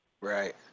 Right